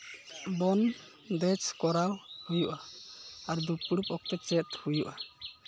ᱵᱚᱱᱫᱮᱡᱽ ᱠᱚᱨᱟᱣ ᱦᱩᱭᱩᱜᱼᱟ ᱟᱨ ᱫᱩᱯᱲᱩᱵ ᱚᱠᱛᱮ ᱪᱮᱫ ᱦᱩᱭᱩᱜᱼᱟ